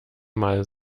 mal